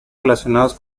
relacionados